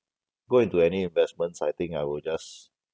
go into any investments I think I will just